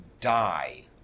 die